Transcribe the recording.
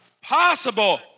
possible